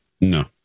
No